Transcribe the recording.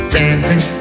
dancing